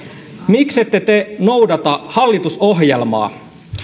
miksette te noudata hallitusohjelmaa